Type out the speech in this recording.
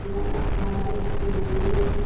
जी ma'am आपको हमारे यहाँ से रूम मिल जाएगा